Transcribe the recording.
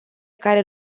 care